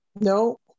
no